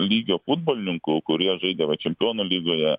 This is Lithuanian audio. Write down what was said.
lygio futbolininkų kurie žaidė va čempionų lygoje